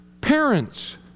parents